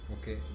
okay